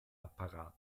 apparat